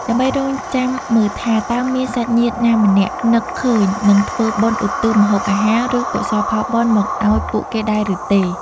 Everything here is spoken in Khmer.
ដើម្បីរង់ចាំមើលថា តើមានសាច់ញាតិណាម្នាក់នឹកឃើញ និងធ្វើបុណ្យឧទ្ទិសម្ហូបអាហារ ឬកុសលផលបុណ្យមកឱ្យពួកគេដែរឬទេ។